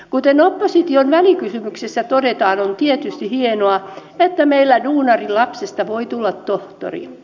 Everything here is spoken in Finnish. kuten opposition välikysymyksessä todetaan on tietysti hienoa että meillä duunarin lapsesta voi tulla tohtori